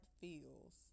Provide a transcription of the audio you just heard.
feels